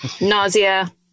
Nausea